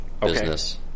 business